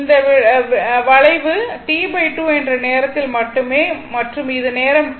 இந்த வளைவு T2 என்ற நேரத்தில் மட்டுமே மற்றும் இது நேரம் T